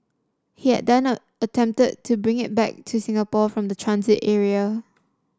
he had then attempted to bring it back in to Singapore from the transit area